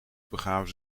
begaven